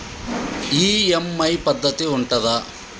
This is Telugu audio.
ఈ.ఎమ్.ఐ పద్ధతి ఉంటదా?